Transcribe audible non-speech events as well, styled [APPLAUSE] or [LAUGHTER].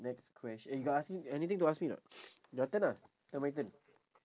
next question eh you got ask me anything to ask me or not [NOISE] your turn ah then my turn